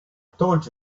told